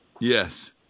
Yes